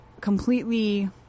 completely